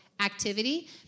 activity